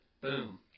boom